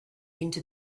into